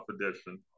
edition